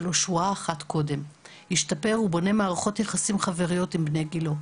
הוא משתפר ובונה מערכות יחסים עם בני גילו.